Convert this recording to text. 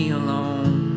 alone